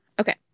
okay